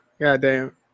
Goddamn